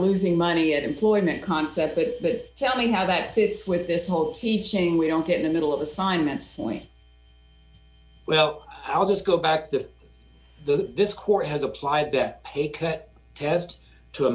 losing money at employment concept that tell me how that fits with this whole teaching we don't get in the middle of assignments point well i'll just go back to the this court has applied that pay cut test to a